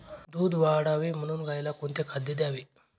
दूध वाढावे म्हणून गाईला कोणते खाद्य द्यावे?